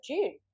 June